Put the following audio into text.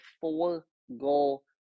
four-goal